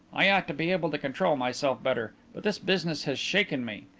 i ought to be able to control myself better. but this business has shaken me.